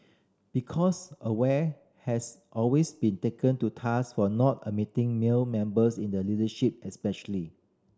because Aware has always been taken to task for not admitting male members in the leadership especially